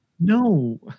No